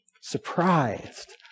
surprised